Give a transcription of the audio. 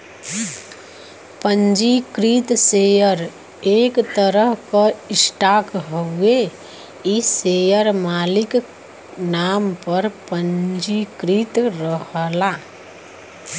पंजीकृत शेयर एक तरह क स्टॉक हउवे इ शेयर मालिक नाम पर पंजीकृत रहला